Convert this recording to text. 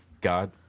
God